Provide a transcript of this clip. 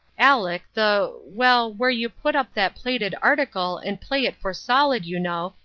aleck the well, where you put up that plated article and play it for solid, you know,